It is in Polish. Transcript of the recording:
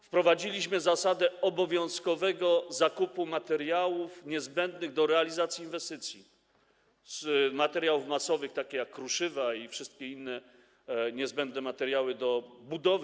Wprowadziliśmy zasadę obowiązkowego zakupu materiałów niezbędnych do realizacji inwestycji, materiałów masowych, takich jak kruszywa i wszystkie inne niezbędne materiały do budowy.